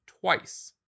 twice